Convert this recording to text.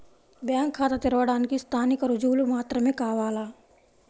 Bank ఖాతా తెరవడానికి స్థానిక రుజువులు మాత్రమే కావాలా?